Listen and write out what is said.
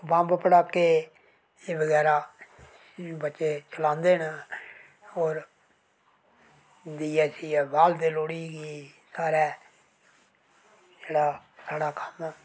bomb पटाखे एह् बगैरा बच्चे चलांदे न होर दीआ बालदे न लोह्ड़ी गी साढ़े छड़ा खाना